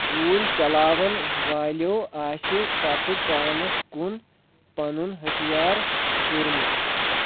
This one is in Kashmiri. گوٗلۍ چلاوَن والٮ۪و آسہِ پتہٕ پانَس کُن پنُن ہتھیار پھیٛوٗرمُت